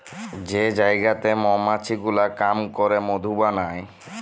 যে জায়গাতে মমাছি গুলা কাম ক্যরে মধু বালাই